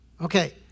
Okay